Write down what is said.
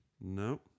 No